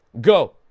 Go